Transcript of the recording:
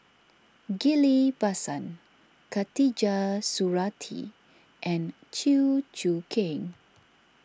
Ghillie Basan Khatijah Surattee and Chew Choo Keng